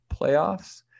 playoffs